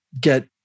get